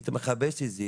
היית מחפש את זה